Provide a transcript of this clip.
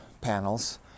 panels